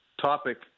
topic